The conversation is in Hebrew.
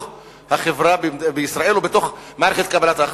החברה בישראל ובתוך מערכת קבלת ההחלטות.